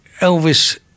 Elvis